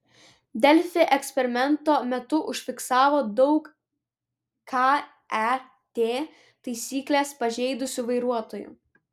delfi eksperimento metu užfiksavo daug ket taisykles pažeidusių vairuotojų